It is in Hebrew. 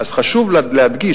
חשוב להדגיש,